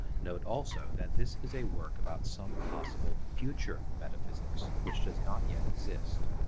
note also that this is a work about some possible future metaphysics which does not yet exist.